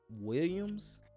Williams